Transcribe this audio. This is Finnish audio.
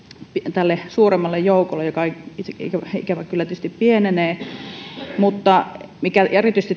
tälle suuremmalle joukolle joka ikävä kyllä tietysti pienenee mutta mikä erityisesti